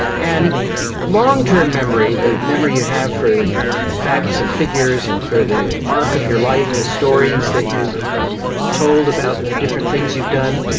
and long-term memory, the memory you have for facts and figures and for the arc of your life, the stories that you've told about the different things you've done,